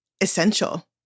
essential